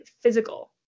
physical